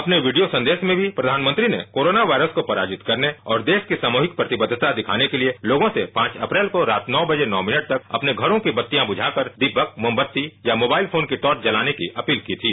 अपने वीडियो संदेश में भी प्रयानमंत्री नेकोरोना वायरस को पराजित करने और देश की सामूहिक प्रतिबद्वता दिखाने के लिए लोगों सेऽ अप्रैल को रात को नौ बजे नौ मिनट तक अपने घरों की बत्तियां वुझाकर दीपक मोमबत्तीया मोबाइल फोन की टॉर्च जलाने की अपील की थी